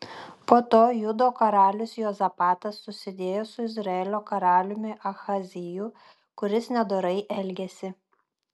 po to judo karalius juozapatas susidėjo su izraelio karaliumi ahaziju kuris nedorai elgėsi